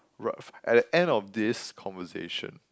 right at the end of this conversation